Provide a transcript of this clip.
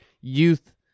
youth